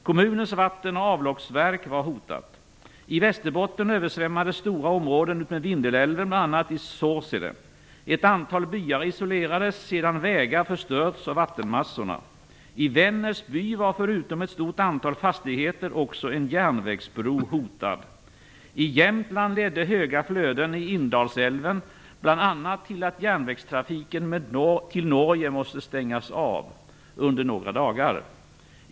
Kommunens vatten och avloppsverk var hotat. I Vindelälven, bl.a. i Sorsele. Ett antal byar isolerades sedan vägar förstörts av vattenmassorna. I Vännäsby var förutom ett stort antal fastigheter också en järnvägsbro hotad. I Jämtland ledde höga flöden i Indalsälven bl.a. till att järnvägstrafiken till Norge måste stängas av under några dagar.